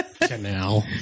canal